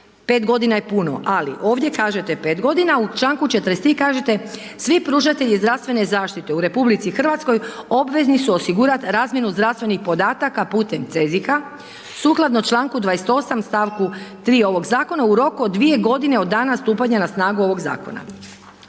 godina je puno, ali ovdje kažete 5 godina, a u članku 43. kažete, svi pružatelji zdravstvene zaštite u RH obvezni su osigurat razmjenu zdravstvenih podataka putem CEZIH-a sukladno članku 28. stavku 3. ovog zakona u roku od 2 godine od dana stupanja na snagu ovog zakona.